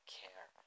care